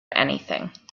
anything